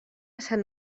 sant